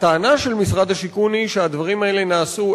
הטענה של משרד השיכון היא שהדברים האלה נעשו,